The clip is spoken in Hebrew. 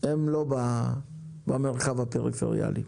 הם לא במרחב הפריפריאלי.